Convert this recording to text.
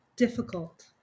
difficult